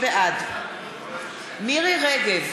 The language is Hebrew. בעד מירי רגב,